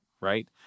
right